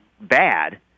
bad